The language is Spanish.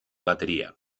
batería